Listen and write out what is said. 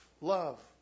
Love